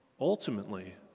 ultimately